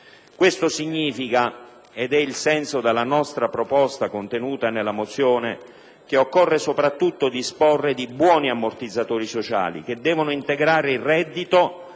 Questo significa, ed è il senso della nostra proposta contenuta nella mozione, che occorre soprattutto disporre di buoni ammortizzatori sociali, che devono integrare il reddito